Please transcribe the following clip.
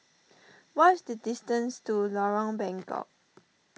what is the distance to Lorong Bengkok